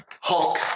Hulk